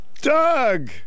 Doug